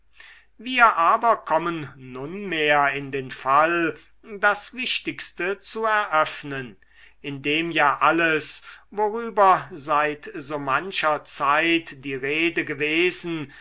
wir aber kommen nunmehr in den fall das wichtigste zu eröffnen indem ja alles worüber seit so mancher zeit die rede gewesen